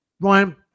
Ryan